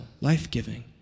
life-giving